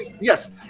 yes